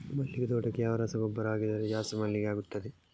ಮಲ್ಲಿಗೆ ತೋಟಕ್ಕೆ ಯಾವ ರಸಗೊಬ್ಬರ ಹಾಕಿದರೆ ಜಾಸ್ತಿ ಮಲ್ಲಿಗೆ ಆಗುತ್ತದೆ?